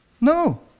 No